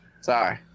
Sorry